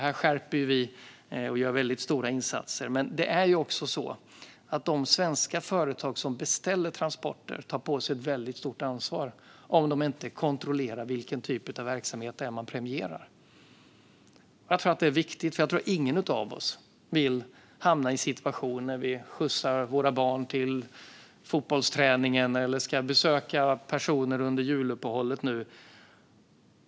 Här skärper vi det hela och gör väldigt stora insatser. Men de svenska företag som beställer transporter tar själva på sig ett mycket stort ansvar om de inte kontrollerar vilken verksamhet de premierar. Det här är viktigt. Jag tror inte att någon av oss vill hamna i en situation med en lastbil på 60 ton när vi skjutsar våra barn till fotbollsträningen eller ska besöka någon under juluppehållet.